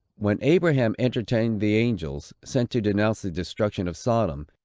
when abraham entertained the angels, sent to denounce the destruction of sodom,